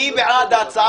מי נגד?